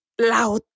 La